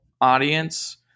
audience